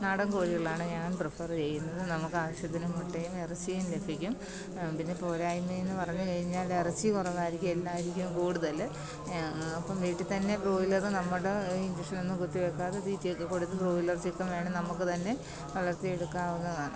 നാടന് കോഴികളാണ് ഞാന് പ്രിഫറ് ചെയ്യുന്നത് നമുക്ക് ആവശ്യത്തിന് മുട്ടയും ഇറച്ചിയും ലഭിക്കും പിന്നെ പോരായ്മേന്ന് പറഞ്ഞ് കഴിഞ്ഞാൽ ഇറച്ചി കുറവായിരിക്കും എല്ലായിരിക്കും കൂടുതൽ അപ്പം വീട്ടിൽ തന്നെ ബ്രോയിലറ് നമ്മുടെ ഈ ഇന്ജെക്ഷനൊന്നും കുത്തിവെക്കാതെ തീറ്റിയൊക്കെ കൊടുത്ത് ബ്രോയിലര് ചിക്കന് വേണേൽ നമുക്ക് തന്നെ വളര്ത്തിയെടുക്കാവുന്നതാണ്